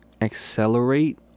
accelerate